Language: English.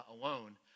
alone